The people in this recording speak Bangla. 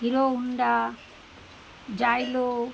hero Honda Xylo